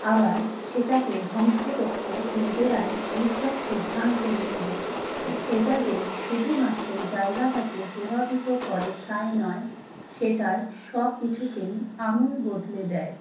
আবার সেটাকে ধ্বংস করতে নিজেরাই এইসব সিদ্ধান্ত নিয়ে বসি এটা যে শুধুমাত্র জায়গাটাকে প্রভাবিত করে তাই নয় সেটার সব কিছুকেই আমূল বদলে দেয়